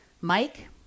Mike